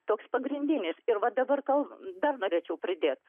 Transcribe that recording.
toks pagrindinis ir va dabar tkalbant dar norėčiau pridėt